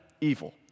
evil